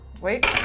Wait